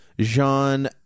Jean